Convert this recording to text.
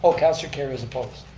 ah councilor kerrio's opposed.